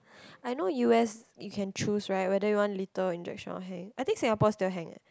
I know u_s you can choose right whether you can lethal injection or hang I think Singapore still hang eh